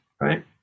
right